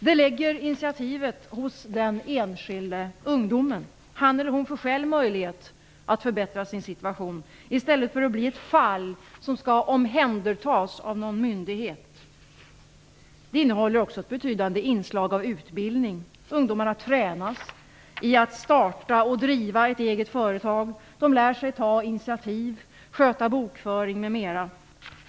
Det lägger initiativet hos den enskilde ungdomen. Han eller hon får själv möjlighet att förbättra sin situation i stället för att bli ett fall som skall omhändertas av någon myndighet. Det innehåller också ett betydande inslag av utbildning. Ungdomarna tränas i att starta och driva ett eget företag. De lär sig ta initiativ, sköta bokföring m.m.